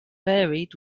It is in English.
varied